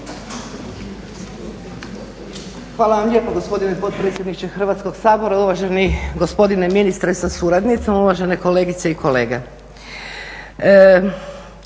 Hvala vam lijepo gospodine potpredsjedniče Hrvatskog sabora, uvaženi gospodine ministre sa suradnicom, uvažene kolegice i kolege.